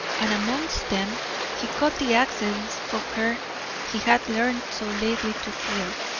and amongst them he caught the accents of her he had learned so lately to fear.